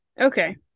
Okay